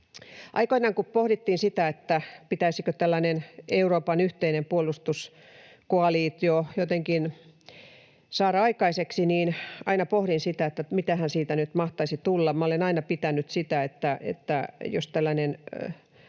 Aikoinaan, kun pohdittiin sitä, pitäisikö tällainen Euroopan yhteinen puolustuskoalitio jotenkin saada aikaiseksi, niin aina pohdin sitä, että mitähän siitä nyt mahtaisi tulla. Minä olen aina pitänyt sitä, että jos tällainen